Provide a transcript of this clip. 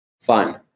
Fun